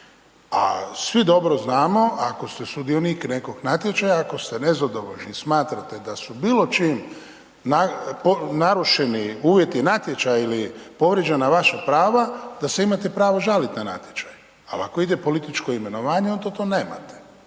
A svi dobro znamo ako ste sudionik nekog natječaja, ako ste nezadovoljni i smatrate da su bilo čim narušeni uvjeti natječaja ili povrijeđena vaša prava da se imate pravo žaliti na natječaj. Ali ako ide političko imenovanje onda to nemate.